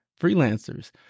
freelancers